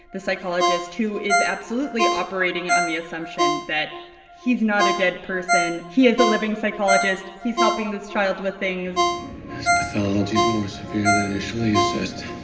the psychologist, who is absolutely operating on the assumption that he's not a dead person, he is a living psychologist, he's helping this child with things his pathology is more severe than initially assessed.